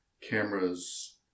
cameras